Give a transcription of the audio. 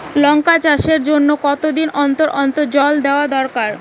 লঙ্কা চাষের জন্যে কতদিন অন্তর অন্তর জল দেওয়া দরকার?